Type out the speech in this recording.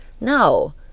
No